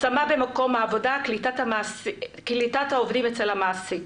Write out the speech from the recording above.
השמה במקום העבודה, קליטת העובדים אצל המעסיק.